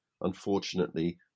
unfortunately